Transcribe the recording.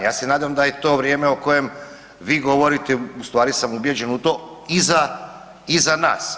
Ja se nadam da je to vrijeme o kojem vi govorite, u stvari sam ubijeđen u to, iza, iza nas.